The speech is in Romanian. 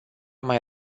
mai